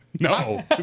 No